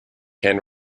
can